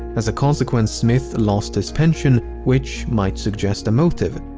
as a consequence, smith lost his pension, which might suggest a motive.